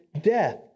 death